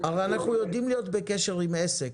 הרי אנחנו יודעים להיות בקשר עם עסק,